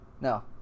No